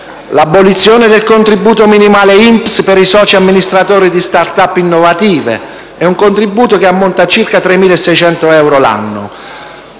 l'abolizione del contributo minimale INPS per i soci amministratori di *start-up* innovative; il contributo ammonta a circa 3.600 euro l'anno.